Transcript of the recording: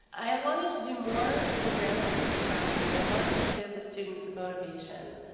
i i wanted to do more than grammar exercises. i wanted to give the students motivation.